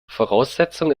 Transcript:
voraussetzung